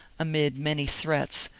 amid many threats,